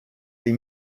les